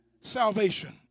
salvation